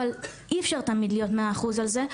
אבל אי אפשר תמיד להיות מאה אחוז על זה,